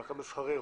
מרכז מסחרי,